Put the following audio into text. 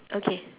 okay